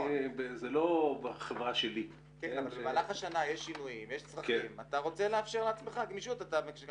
זו לא חברה פרטית שלי ולא של אף אזרח.